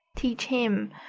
teach him!